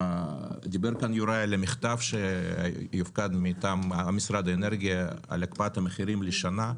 דיבר כאן יוראי על המכתב מטעם משרד האנרגיה על הקפאת המחירים לשנה,